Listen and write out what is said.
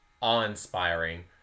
awe-inspiring